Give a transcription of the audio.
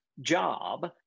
job